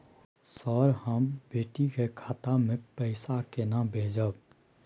Sir, हम बेटी के खाता मे पैसा केना भेजब?